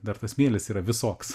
dar tas smėlis yra visoks